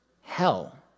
hell